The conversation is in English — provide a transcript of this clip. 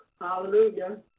Hallelujah